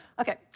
Okay